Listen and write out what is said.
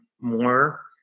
more